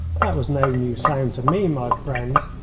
that was no new sound to me, my friends,